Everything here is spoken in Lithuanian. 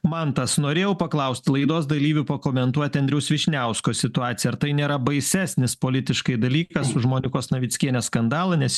mantas norėjau paklausti laidos dalyvių pakomentuoti andriaus vyšniausko situaciją ar tai nėra baisesnis politiškai dalykas už monikos navickienės skandalą nes